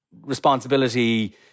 responsibility